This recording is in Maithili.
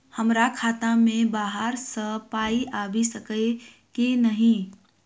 हमरा खाता मे बाहर सऽ पाई आबि सकइय की नहि?